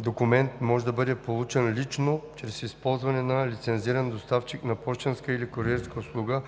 документ може да бъде получен лично чрез използване на лицензиран доставчик на пощенска или куриерска услуга,